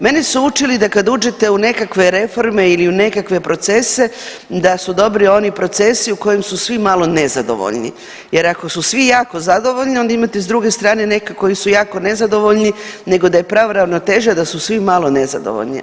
Mene su učili da kada uđete u nekakve reforme ili u nekakve procese da su dobri oni procesi u kojim su svi malo nezadovoljni jer ako su svi jako zadovoljni onda imate s druge strane neke koji su jako nezadovoljni, nego da je prava ravnoteža da su svi malo nezadovoljni.